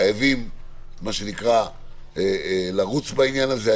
חייבים לרוץ בעניין הזה.